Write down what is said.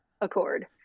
accord